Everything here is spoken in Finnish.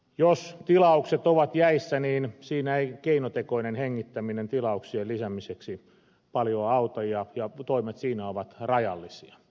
jos tilaukset ovat jäissä niin siinä ei keinotekoinen hengittäminen tilauksien lisäämiseksi paljoa auta ja toimet siinä ovat rajallisia